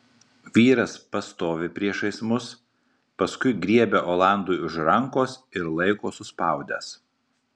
vyras pastovi priešais mus paskui griebia olandui už rankos ir laiko suspaudęs